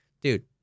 Dude